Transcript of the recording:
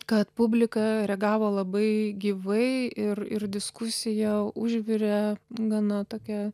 kad publika reagavo labai gyvai ir ir diskusija užvirė gana tokia